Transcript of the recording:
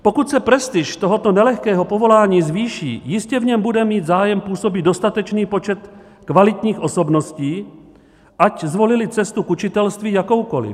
Pokud se prestiž tohoto nelehkého povolání zvýší, jistě v něm bude mít zájem působit dostatečný počet kvalitních osobností, ať zvolily cestu k učitelství jakoukoliv.